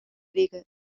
grega